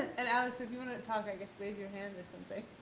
and alex, if you wanna talk, i guess wave your hand or something.